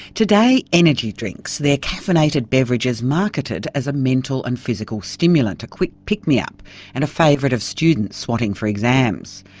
today, energy drinks. they're caffeinated beverages marketed as a mental and physical stimulant a quick pick-me-up and a favourite of students swatting for exams.